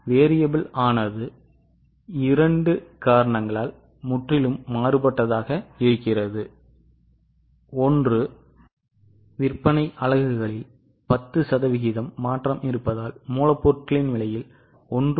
மாறி ஆனது இரண்டு காரணங்களால் முற்றிலும் மாறுபட்டதாக இருக்கிறது ஒன்று விற்பனை அலகுகளில் 10 சதவீதம் மாற்றம் இருப்பதால் மூலப்பொருட்களின் விலை 1